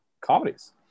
comedies